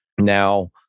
Now